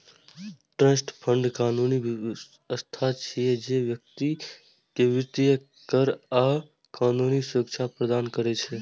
trust fund कानूनी संस्था छियै, जे व्यक्ति कें वित्तीय, कर आ कानूनी सुरक्षा प्रदान करै छै